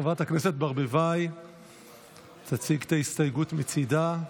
חברת הכנסת ברביבאי תציג את ההסתייגות מצידה.